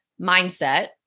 mindset